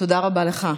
תודה רבה לך.